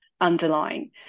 underlying